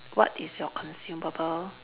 what is your consumable